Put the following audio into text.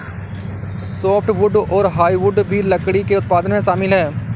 softwood और hardwood भी लकड़ी के उत्पादन में शामिल है